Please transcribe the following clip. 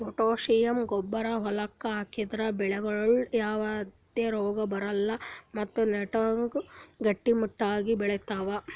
potassium ಗೊಬ್ಬರ್ ಹೊಲಕ್ಕ್ ಹಾಕದ್ರಿಂದ ಬೆಳಿಗ್ ಯಾವದೇ ರೋಗಾ ಬರಲ್ಲ್ ಮತ್ತ್ ನೆಟ್ಟಗ್ ಗಟ್ಟಿಮುಟ್ಟಾಗ್ ಬೆಳಿತಾವ್